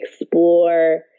explore